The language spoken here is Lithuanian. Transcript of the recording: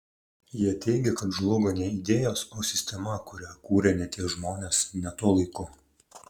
jie teigia kad žlugo ne idėjos o sistema kurią kūrė ne tie žmonės ne tuo laiku